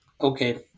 Okay